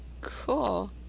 Cool